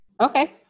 Okay